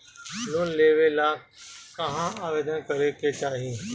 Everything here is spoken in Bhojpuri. लोन लेवे ला कहाँ आवेदन करे के चाही?